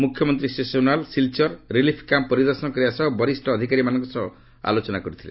ମୁଖ୍ୟମନ୍ତ୍ରୀ Shri Sonowal Silchar relief camp ପରିଦର୍ଶନ କରିବା ସହ ବରିଷ୍ଠ ଅଧିକାରୀମାନଙ୍କ ସହ ଆଲୋଚନା କରିଥିଲେ